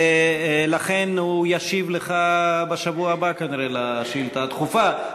לכן הוא ישיב לך בשבוע הבא כנראה על השאילתה הדחופה.